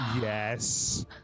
Yes